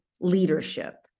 leadership